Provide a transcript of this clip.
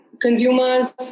consumers